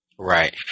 Right